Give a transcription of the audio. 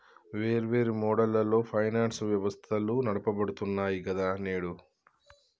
వేర్వేరు మోడళ్లలో ఫైనాన్స్ వ్యవస్థలు నడపబడుతున్నాయి గదా నేడు